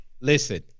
listen